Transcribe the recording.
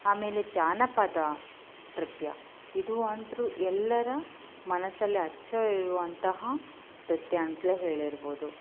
ಆಮೇಲೆ ಜಾನಪದ ನೃತ್ಯ ಇದು ಅಂತು ಎಲ್ಲರ ಮನಸ್ಸಲ್ಲಿ ಅಚ್ಚು ಇರುವಂತಹ ನೃತ್ಯ ಅಂತಲೇ ಹೇಳಿರ್ಬೋದು